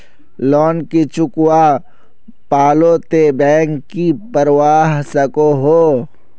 Loan नी चुकवा पालो ते बैंक की करवा सकोहो?